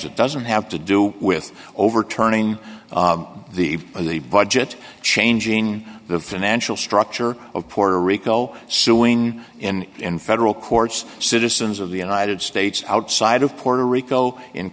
it doesn't have to do with overturning the or the budget changing the financial structure of puerto rico suing in in federal courts citizens of the united states outside of puerto rico in